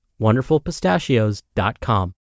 wonderfulpistachios.com